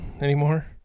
anymore